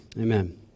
Amen